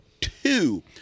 two